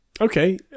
Okay